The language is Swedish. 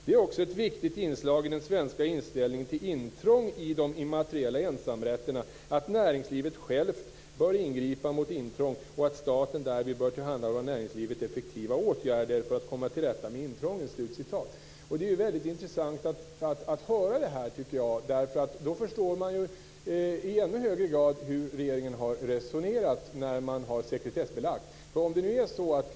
Det är också ett viktigt inslag i den svenska inställningen till intrång i de immateriella ensamrätterna att näringslivet självt bör ingripa mot intrång och att staten därvid bör tillhandahålla näringslivet effektiva åtgärder för att komma till rätta med intrången." Det är intressant att läsa det här, därför att då förstår man i ännu högre grad hur regeringen har resonerat när den har sekretessbelagt scientologimaterialet.